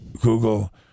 Google